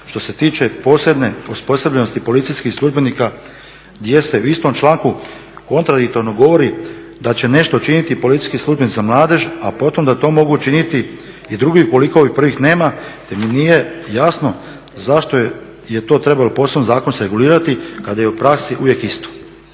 što se tiče posebne uspostavljenosti policijskih službenika gdje se u istom članku kontradiktorno govori da će nešto učiniti policijski službenik za mladež a potom da to mogu učiniti i drugi ukoliko ovih prvih nema te mi nije jasno zašto je to trebalo posebnim zakonom se regulirati kada je u praksi uvijek isto.